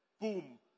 Boom